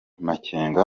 makenga